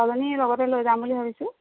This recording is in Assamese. ছোৱালীজনী লগতে লৈ যাম বুলি ভাবিছোঁ